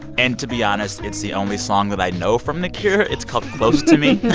and, to be honest, it's the only song that i know from the cure. it's called close to me.